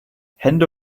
hände